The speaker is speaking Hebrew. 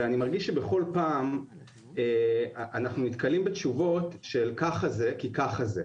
ואני מרגיש שבכל פעם אנחנו נתקלים בתשובות של ככה זה כי ככה זה,